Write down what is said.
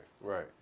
right